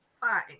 Fine